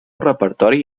repertori